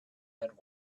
had